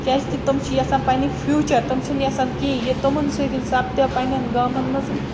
کیٛازِکہِ تِم چھِ یژھان پنٛنہِ فیوٗچَر تِم چھِنہٕ یَژھان کِہیٖنۍ یہِ تِمَن سۭتۍ سَپدیٛا پنٛنٮ۪ن گامَن منٛز